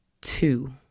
two